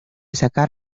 sacar